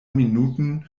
minuten